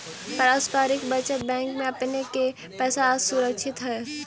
पारस्परिक बचत बैंक में आपने के पैसा सुरक्षित हेअ